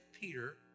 Peter